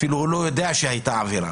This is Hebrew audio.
הוא אפילו לא יודע שהייתה עבירה,